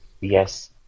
Yes